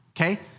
okay